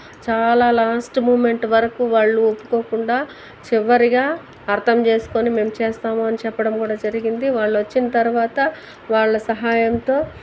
చాలా last moment వరుకు వాళ్ళు ఒప్పుకోకుండా చివరిగా అర్థం చేసుకుని మేం చేస్తాము అని చెప్పడం కూడా జరిగింది వాళ్ళు వచ్చిన తర్వాత వాళ్ళ సహాయంతో